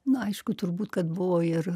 na aišku turbūt kad buvo ir